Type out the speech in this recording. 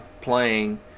playing